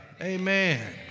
Amen